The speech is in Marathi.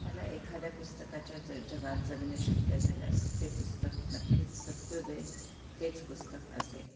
मला एखाद्या पुस्तकाच्या ज जगात जगणे शक्य झाल्यास ते पुस्तक नक्कीच सत्योदय हेच पुस्तक असेल